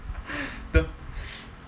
the